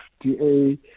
DA